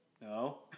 No